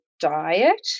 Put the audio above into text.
diet